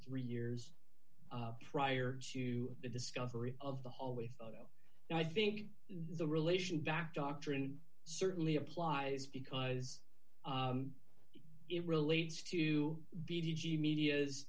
three years prior to the discovery of the hallway photo i think the relation back doctrine certainly applies because it relates to b g media's